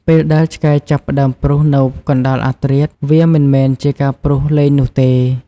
ពេលដែលឆ្កែចាប់ផ្តើមព្រុសនៅកណ្តាលអធ្រាត្រ វាមិនមែនជាការព្រុសលេងនោះទេ។